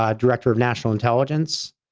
ah director of national intelligence,